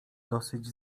dosyć